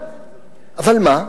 אבל מה?